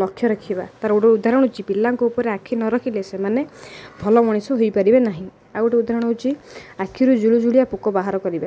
ଲକ୍ଷ୍ୟ ରଖିବା ତା'ର ଗୋଟେ ଉଦାରଣ ହେଉଛି ପିଲାଙ୍କ ଉପରେ ଆଖି ନ ରଖିଲେ ସେମାନେ ଭଲ ମଣିଷ ହୋଇପାରିବେ ନାହିଁ ଆଉ ଗୋଟେ ଉଦାରଣ ହେଉଛି ଆଖିରୁ ଜୁଳୁଜୁଳିଆ ପୋକ ବାହାର କରିବା